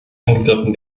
angegriffen